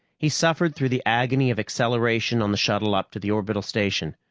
he suffered through the agony of acceleration on the shuttle up to the orbital station,